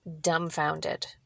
dumbfounded